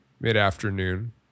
mid-afternoon